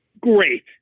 great